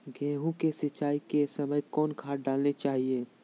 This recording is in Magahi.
गेंहू के सिंचाई के समय कौन खाद डालनी चाइये?